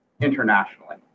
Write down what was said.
internationally